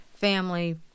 family